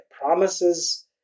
promises